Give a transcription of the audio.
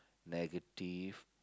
negative